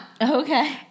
Okay